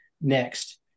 next